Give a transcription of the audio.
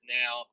now